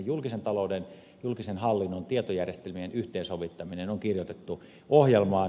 julkisen talouden ja hallinnon tietojärjestelmien yhteensovittaminen on kirjoitettu ohjelmaan